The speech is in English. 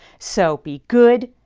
so be good,